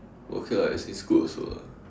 but okay lah as in it's good also lah